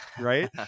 Right